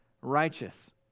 righteous